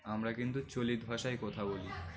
আমরা কিন্তু চলিত ভাষায় কথা বলি